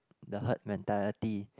the herd mentality